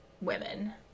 women